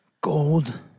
Gold